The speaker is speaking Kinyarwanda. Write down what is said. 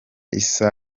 isa